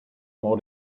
more